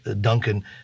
Duncan